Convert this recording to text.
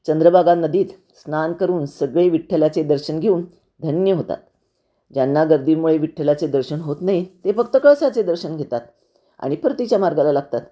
चंद्रभागा नदीत स्नान करून सगळे विठ्ठलाचे दर्शन घेऊन धन्य होतात ज्यांना गर्दीमुळे विठ्ठलाचे दर्शन होत नाही ते फक्त कळसाचे दर्शन घेतात आणि परतीच्या मार्गाला लागतात